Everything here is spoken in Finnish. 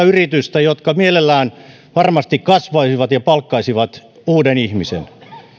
yritystä jotka varmasti mielellään kasvaisivat ja palkkaisivat uuden ihmisen